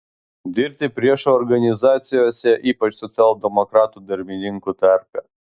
dirbti priešo organizacijose ypač socialdemokratų darbininkų tarpe